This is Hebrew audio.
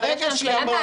אבל יש כאן כללים ברורים.